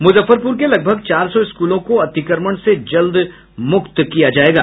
मुजफ्फरपुर के लगभग चार सौ स्कूलों को अतिक्रमण से जल्द ही मुक्त किया जाएगा